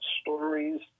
stories